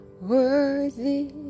worthy